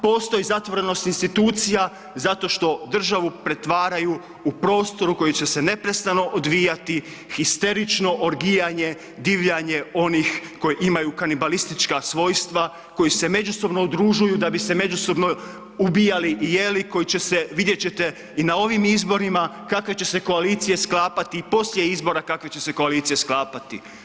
Postoji zatvorenost institucija, zato što državu pretvaraju u prostor u koji će se neprestano odvijati histerično orgijanje, divljanje onih koji imaju kanibalistička svojstva, koji se međusobno udružuju da bi se međusobno ubijali i jeli, koji će se, vidjet ćete, i na ovim izborima kakve će se koalicije sklapati i poslije izbora kakve će se koalicije sklapati.